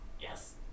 Yes